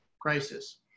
crisis